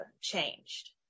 changed